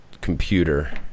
Computer